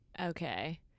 Okay